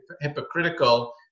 hypocritical